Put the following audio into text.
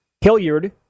Hilliard